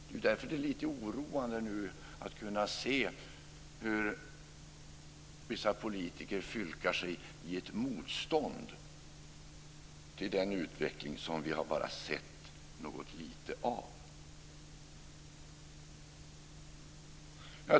Därför är det lite oroande att nu se hur vissa politiker fylkar sig i ett motstånd mot den utveckling som vi har sett bara något lite av.